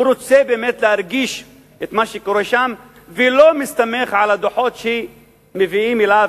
הוא רצה באמת להרגיש את מה שקורה שם ולא הסתמך על הדוחות שמביאים אליו,